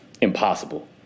Impossible